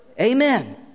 Amen